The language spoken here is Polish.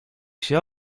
się